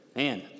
Man